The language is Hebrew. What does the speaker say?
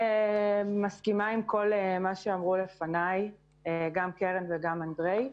מסכימה עם כל מה שאמרו לפני קרן ואנדרי.